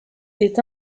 est